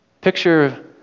Picture